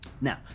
Now